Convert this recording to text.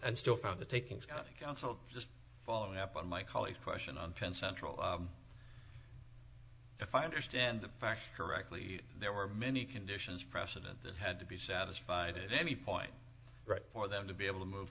and still found the taking scouting council just following up on my colleague's question on pinsent if i understand the facts correctly there were many conditions precedent that had to be satisfied at any point right for them to be able to move